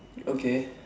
okay